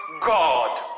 God